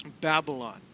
Babylon